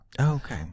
okay